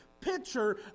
picture